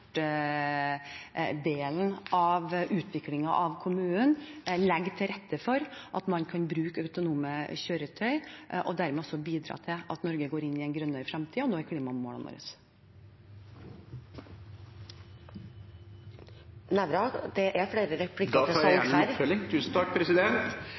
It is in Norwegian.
av kommunen legger til rette for at man kan bruke autonome kjøretøy, og dermed også bidra til at Norge går inn i en grønnere fremtid og når klimamålene. Jeg er